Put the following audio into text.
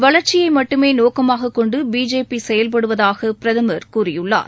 வளர்ச்சியை மட்டுமே நோக்கமாகக் கொண்டு பிஜேபி செயல்படுவதாக பிரதமர் கூறியுள்ளார்